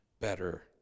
better